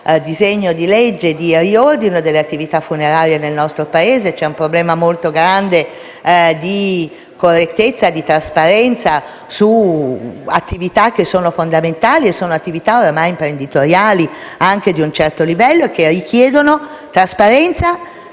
disegno di legge di riordino delle attività funerarie nel nostro Paese. C'è un problema molto grande di correttezza e di trasparenza su attività fondamentali, che sono ormai imprenditoriali, anche di un certo livello, che richiedono trasparenza